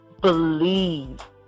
Believe